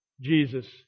Jesus